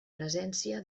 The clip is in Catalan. presència